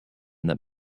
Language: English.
that